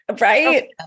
right